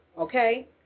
Okay